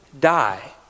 die